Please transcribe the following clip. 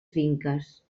finques